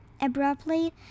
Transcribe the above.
abruptly